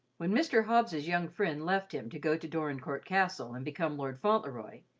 when mr. hobbs's young friend left him to go to dorincourt castle and become lord fauntleroy,